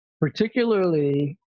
particularly